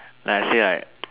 like I say like